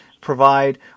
provide